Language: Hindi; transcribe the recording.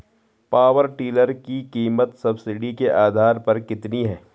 पावर टिलर की कीमत सब्सिडी के आधार पर कितनी है?